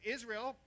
Israel